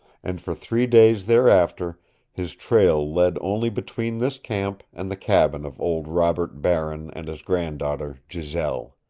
and for three days thereafter his trail led only between this camp and the cabin of old robert baron and his granddaughter, giselle.